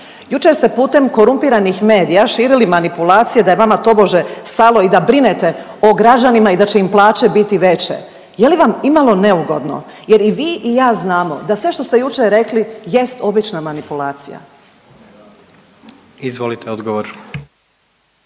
Jučer ste putem korumpiranih medija širili manipulacije da je vama tobože stalo i da brinete o građanima i da će im plaće biti veće. Je li vam imalo neugodno jer i vi i ja znamo da sve što ste jučer rekli je obična manipulacija? **Jandroković,